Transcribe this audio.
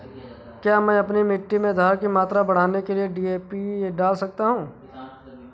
क्या मैं अपनी मिट्टी में धारण की मात्रा बढ़ाने के लिए डी.ए.पी डाल सकता हूँ?